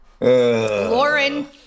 Lauren